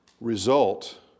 result